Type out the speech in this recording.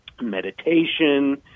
meditation